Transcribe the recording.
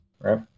Right